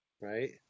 Right